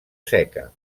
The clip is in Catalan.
seca